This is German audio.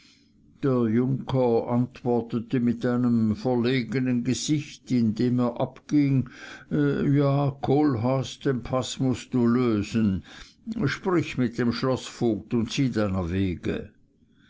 der junker antwortete mit einem verlegnen gesicht indem er abging ja kohlhaas den paß mußt du lösen sprich mit dem schloßvogt und zieh deiner wege